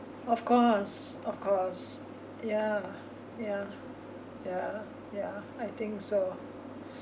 of course of course ya ya ya ya I think so